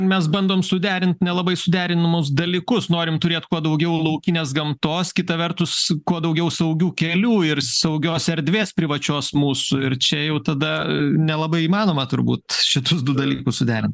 mes bandom suderint nelabai suderinamus dalykus norim turėt kuo daugiau laukinės gamtos kita vertus kuo daugiau saugių kelių ir saugios erdvės privačios mūsų ir čia jau tada nelabai įmanoma turbūt šitus du dalykus suderin